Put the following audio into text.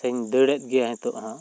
ᱥᱮ ᱫᱟᱹᱲᱟᱜ ᱜᱮᱭᱟ ᱱᱤᱛᱚᱜ ᱦᱚᱸ